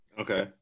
Okay